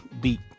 beat